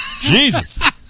jesus